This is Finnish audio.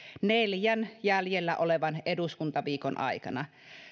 neljän jäljellä olevan eduskuntaviikon aikana